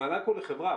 המענק הוא בחברה.